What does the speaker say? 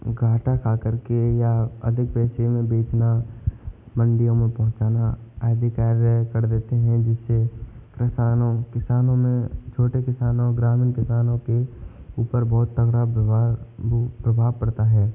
घाटा खा करके या अधिक पैसे में बेचना मंडियों में पहुँचाना आदि कार्य कर देते हैं जिससे किसानों किसानों में छोटे किसानों ग्रामीण किसानों के ऊपर बहुत तगड़ा दबा बु प्रभाव पड़ता है